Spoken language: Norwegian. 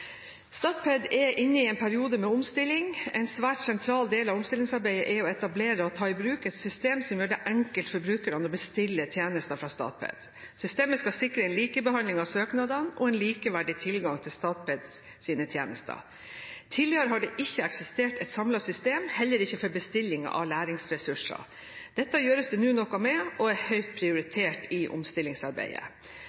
Statped er inne i en periode med omstilling. En svært sentral del av omstillingsarbeidet er å etablere og ta i bruk et system som gjør det enkelt for brukerne å bestille tjenester fra Statped. Systemet skal sikre en likebehandling av søknadene og en likeverdig tilgang til Statpeds tjenester. Tidligere har det ikke eksistert et samlet system, heller ikke for bestilling av læringsressurser. Dette gjøres det nå noe med, og det er høyt prioritert i omstillingsarbeidet.